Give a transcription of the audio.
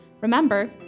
Remember